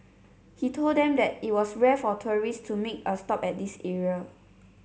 he told them that it was rare for tourists to make a stop at this area